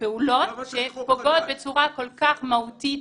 פעולות שפוגעות בצורה כל כך מהותית